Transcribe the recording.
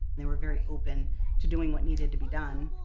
they were very open to doing what needed to be done.